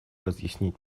разъяснить